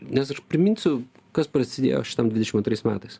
nes aš priminsiu kas prasidėjo šitam dvidešim antrais metais